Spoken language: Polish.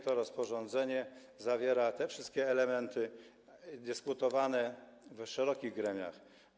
To rozporządzenie zawiera te wszystkie elementy dyskutowane w szerokich gremiach.